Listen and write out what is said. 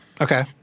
Okay